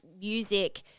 music